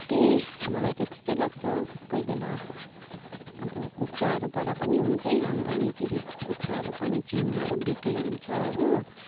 त्यही मलाई चाहिँ त्यस्तै लाग्छ कोही बेला अब कुखुराहरूबाट पनि हुन्छ आम्दानी फेरि कुखुराहरू पनि चिङ्नाहरू बिक्री हुन्छ हो